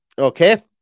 Okay